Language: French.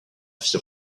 fit